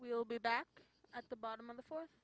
we'll be back at the bottom of the four